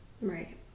right